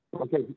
Okay